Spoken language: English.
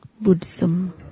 Buddhism